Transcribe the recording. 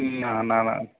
না না না